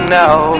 now